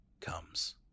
comes